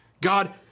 God